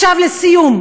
לסיום,